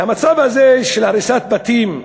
המצב הזה, של הריסת בתים,